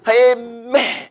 Amen